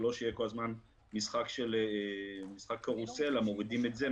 לא שיהיה כל הזמן משחק קרוסלה מורידים את זה,